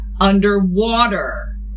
Underwater